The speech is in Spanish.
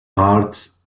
arts